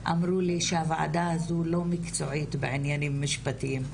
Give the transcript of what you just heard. אמרו לי שהוועדה הזאת לא מקצועית בעניינים משפטיים.